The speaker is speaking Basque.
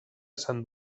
esan